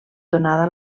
donada